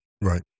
Right